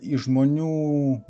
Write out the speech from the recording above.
į žmonių